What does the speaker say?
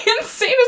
insane